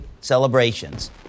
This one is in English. celebrations